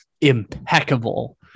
impeccable